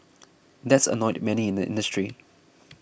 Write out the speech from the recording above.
that's annoyed many in the industry